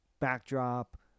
backdrop